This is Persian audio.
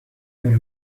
داره